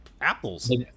apples